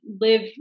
live